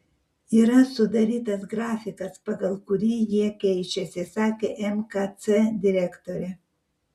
yra sudarytas grafikas pagal kurį jie keičiasi sakė mkc direktorė